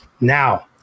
Now